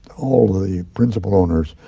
the principal owners,